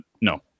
no